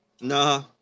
Nah